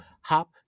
hop